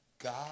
God